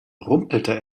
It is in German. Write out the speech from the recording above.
rumpelte